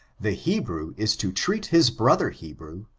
the hebrew is to treat his brother hebrew,